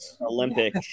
Olympic